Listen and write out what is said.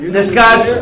discuss